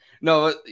no